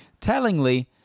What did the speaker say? Tellingly